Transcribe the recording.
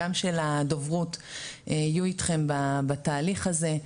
גם של הדוברות יהיו איתכם בתהליך הזה.